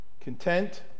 Content